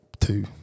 two